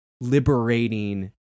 liberating